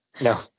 No